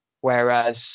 whereas